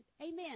Amen